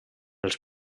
els